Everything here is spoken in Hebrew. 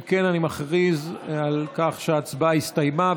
אם כן, אני מכריז על כך שההצבעה הסתיימה.